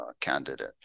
candidate